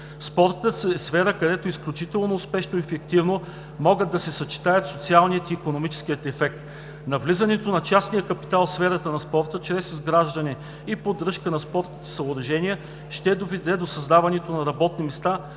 Спортът е сфера, където изключително успешно и ефективно могат да се съчетаят социалният и икономическият ефект. Навлизането на частния капитал в сферата на спорта чрез изграждане и поддръжка на спортните съоръжения ще доведе до създаването на работни места